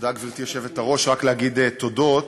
13 חברי כנסת, אין מתנגדים, אין נמנעים.